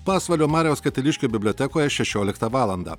pasvalio mariaus katiliškio bibliotekoje šešioliktą valandą